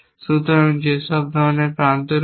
সুতরাং সেখানে সব ধরণের প্রান্ত রয়েছে